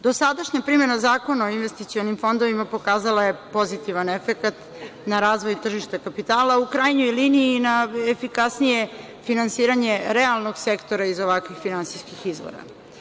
Dosadašnja primena Zakona o investicionim fondovima pokazala je pozitivan efekat na razvoj tržišta kapitala, a u krajnjoj liniji i na efikasnije finansiranje realnog sektora iz ovakvih finansijskih izvora.